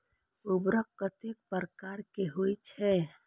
उर्वरक कतेक प्रकार के होई छै?